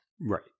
Right